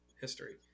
history